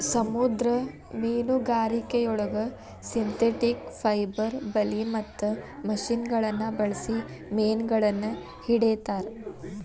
ಸಮುದ್ರ ಮೇನುಗಾರಿಕೆಯೊಳಗ synthetic fibre ಬಲಿ ಮತ್ತ ಮಷಿನಗಳನ್ನ ಬಳ್ಸಿ ಮೇನಗಳನ್ನ ಹಿಡೇತಾರ